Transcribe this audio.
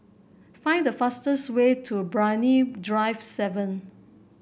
find the fastest way to Brani Drive seven